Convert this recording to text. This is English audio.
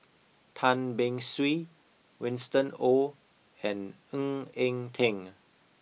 Tan Beng Swee Winston Oh and Ng Eng Teng